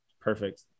Perfect